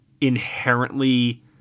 inherently